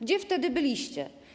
Gdzie wtedy byliście?